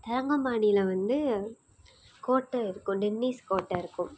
தரங்கம்பாடியில் வந்து கோட்டை இருக்கும் டென்னிஸ் கோட்டை இருக்கும்